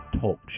Talk